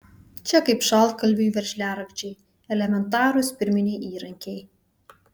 čia kaip šaltkalviui veržliarakčiai elementarūs pirminiai įrankiai